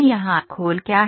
यहाँ खोल क्या है